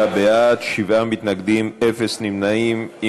בעד, שבעה מתנגדים, אין נמנעים.